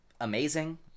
amazing